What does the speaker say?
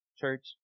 Church